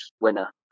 winner